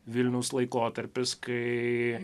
vilniaus laikotarpis kai